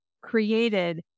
created